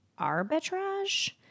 arbitrage